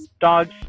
dogs